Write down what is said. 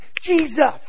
Jesus